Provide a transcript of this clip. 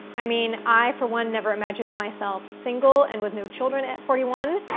i mean, i for one, never imagined myself single and with no children at forty one,